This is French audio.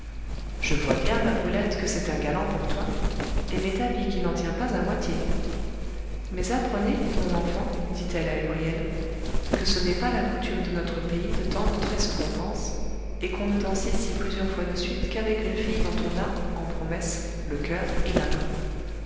je vois bien ma brulette que c'est un galant pour toi et m'est avis qu'il n'en tient pas à moitié mais apprenez mon enfant dit-elle a huriel que ce n'est pas la coutume de notre pays de tant montrer ce qu'on pense et qu'on ne danse ici plusieurs fois de suite qu'avec une fille dont on a en promesse le coeur et la main